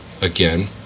Again